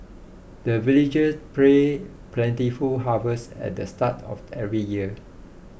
the villagers pray plentiful harvest at the start of every year